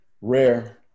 Rare